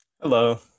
Hello